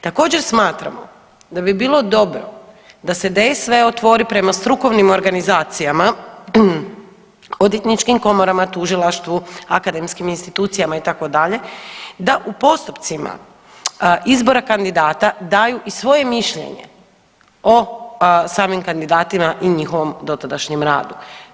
Također smatramo da bi bilo dobro da se DSV otvori prema strukovnim organizacijama, odvjetničkim komorama, tužilaštvu, akademskim institucijama itd. da u postupcima izbora kandidata daju i svoje mišljenje o samim kandidatima i njihovom dotadašnjem radu.